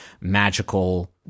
magical